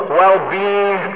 well-being